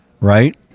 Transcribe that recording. Right